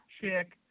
chick